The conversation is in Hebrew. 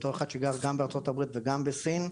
בתור אחד שגר גם בארצות הברית וגם בסין,